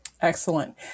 Excellent